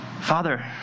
Father